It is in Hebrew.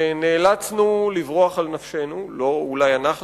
שנאלצנו לברוח על נפשנו אולי לא אנחנו